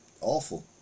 awful